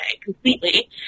completely